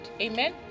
amen